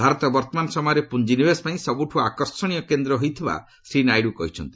ଭାରତ ବର୍ତ୍ତମାନ ସମୟରେ ପୁଞ୍ଜିନିବେଶପାଇଁ ସବୁଠୁ ଆକର୍ଷଣୀୟ କେନ୍ଦ୍ର ହୋଇଥିବାରୁ ଶ୍ରୀ ନାଇଡୁ କହିଛନ୍ତି